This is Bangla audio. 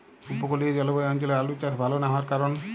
উপকূলীয় জলবায়ু অঞ্চলে আলুর চাষ ভাল না হওয়ার কারণ?